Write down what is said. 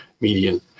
median